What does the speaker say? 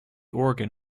organ